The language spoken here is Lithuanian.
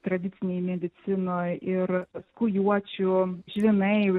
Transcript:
tradicinėj medicinoj ir skujuočių žvynai